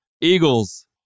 Eagles